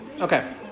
Okay